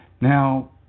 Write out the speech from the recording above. Now